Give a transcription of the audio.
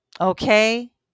Okay